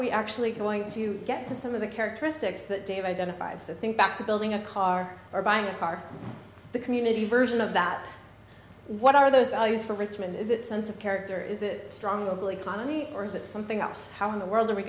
we actually going to get to some of the characteristics that dave identified so i think back to building a car or buying a car the community version of that what are those values for richmond is that sense of character is it strong local economy or is it something else how in the world are we